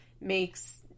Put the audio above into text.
makes